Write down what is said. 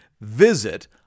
visit